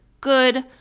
good